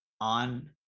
on